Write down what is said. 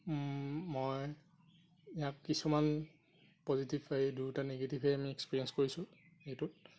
মই ইয়াত কিছুমান পজিটিভ হেৰি দুটা নেগেটিভ হেৰি আমি এক্সপেৰিয়েঞ্চ কৰিছোঁ এইটোত